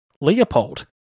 Leopold